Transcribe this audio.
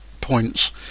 points